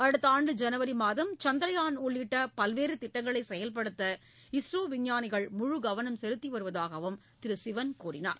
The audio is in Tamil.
அடுத்தாண்டு ஜனவரி மாதம் சந்திரயான் உள்ளிட்ட பல்வேறு திட்டங்களை செயல்படுத்த இஸ்ரோ விஞ்ஞானிகள் முழு கவனம் செலுத்தி வருவதாக கூறினார்